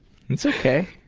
it's ok.